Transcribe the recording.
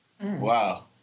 Wow